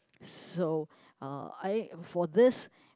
so uh I for this